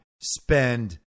spend